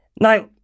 Now